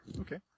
Okay